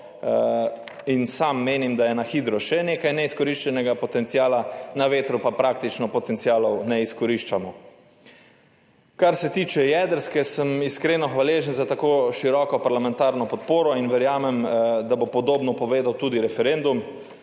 sam menim, da je na hidro še nekaj neizkoriščenega potenciala, na vetru pa praktično potencialov ne izkoriščamo. Kar se tiče jedrske, sem iskreno hvaležen za tako široko parlamentarno podporo in verjamem, da bo podobno povedal tudi referendum.